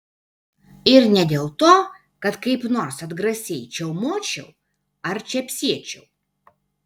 ir ne dėl to kad kaip nors atgrasiai čiaumočiau ar čepsėčiau